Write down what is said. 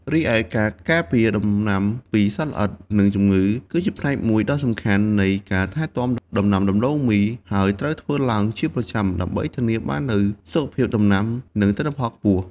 រីឯការការពារដំណាំពីសត្វល្អិត និងជំងឺ គឺជាផ្នែកមួយដ៏សំខាន់នៃការថែទាំដំណាំដំឡូងមី ហើយត្រូវធ្វើឡើងជាប្រចាំដើម្បីធានាបាននូវសុខភាពដំណាំ និងទិន្នផលខ្ពស់។